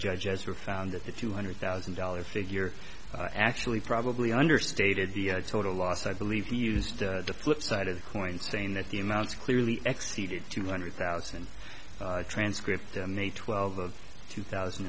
judge ezra found that the two hundred thousand dollar figure actually probably understated the total loss i believe he used the flip side of the coin saying that the amounts clearly executed two hundred thousand transcript made twelve of two thousand